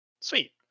sweet